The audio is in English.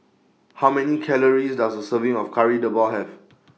How Many Calories Does A Serving of Kari Debal Have